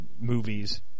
movies